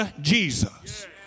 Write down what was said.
Jesus